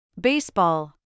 baseball